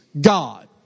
God